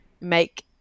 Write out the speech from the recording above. make